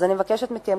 אז אני מבקשת מכם,